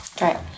right